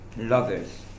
lovers